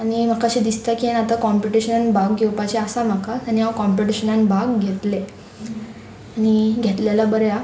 आनी म्हाका अशें दिसता की आनी आतां कॉम्पिटिशनान भाग घेवपाची आसा म्हाका आनी हांव कॉम्पिटिशनान भाग घेतले आनी घेतलेल्या बरें आसा